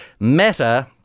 Meta